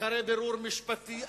אחרי בירור משפטי,